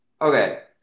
Okay